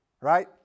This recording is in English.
right